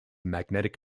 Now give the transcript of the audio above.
magnetic